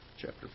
Chapter